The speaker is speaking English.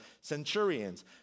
centurions